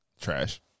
Trash